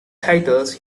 titles